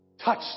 touch